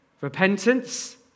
repentance